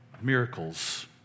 miracles